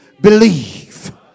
believe